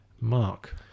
Mark